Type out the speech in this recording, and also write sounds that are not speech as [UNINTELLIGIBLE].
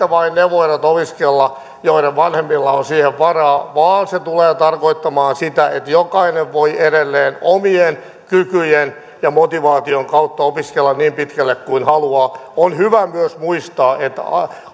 [UNINTELLIGIBLE] vain ne voivat opiskella joiden vanhemmilla on siihen varaa vaan se tulee tarkoittamaan sitä että jokainen voi edelleen omien kykyjen ja motivaation kautta opiskella niin pitkälle kuin haluaa on hyvä myös muistaa että